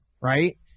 right